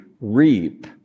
reap